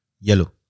yellow